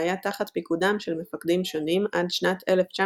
והיה תחת פיקודם של מפקדים שונים עד שנת 1929,